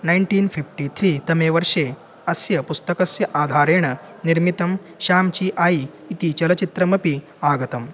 nineteen fifty three तमे वर्षे अस्य पुस्तकस्य आधारेण निर्मितं शाम्चि आयि इति चलच्चित्रमपि आगतम्